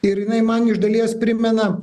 ir jinai man iš dalies primena